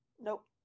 Nope